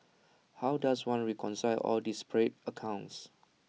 how does one reconcile all disparate accounts